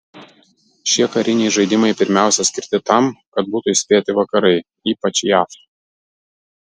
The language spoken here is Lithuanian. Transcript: šie kariniai žaidimai pirmiausia skirti tam kad būtų įspėti vakarai ypač jav